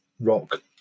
rock